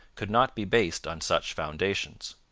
could not be based on such foundations.